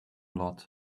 lot